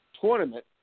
tournament